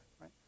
right